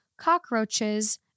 cockroaches